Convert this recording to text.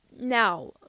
now